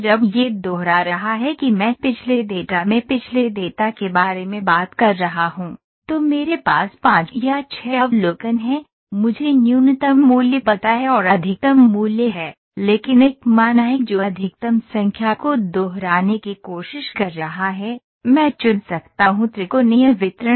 जब यह दोहरा रहा है कि मैं पिछले डेटा में पिछले डेटा के बारे में बात कर रहा हूं तो मेरे पास 5 या 6 अवलोकन हैं मुझे न्यूनतम मूल्य पता है और अधिकतम मूल्य है लेकिन एक मान है जो अधिकतम संख्या को दोहराने की कोशिश कर रहा है मैं चुन सकता हूं त्रिकोणीय वितरण